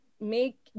make